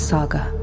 Saga